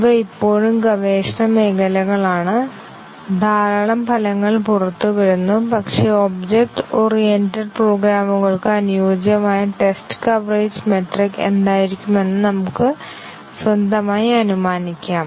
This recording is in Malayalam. ഇവ ഇപ്പോഴും ഗവേഷണ മേഖലകളാണ് ധാരാളം ഫലങ്ങൾ പുറത്തുവരുന്നു പക്ഷേ ഒബ്ജക്റ്റ് ഓറിയന്റഡ് പ്രോഗ്രാമുകൾക്ക് അനുയോജ്യമായ ടെസ്റ്റ് കവറേജ് മെട്രിക് എന്തായിരിക്കുമെന്ന് നമുക്ക് സ്വന്തമായി അനുമാനിക്കാം